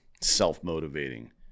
self-motivating